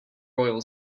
royal